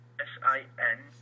S-I-N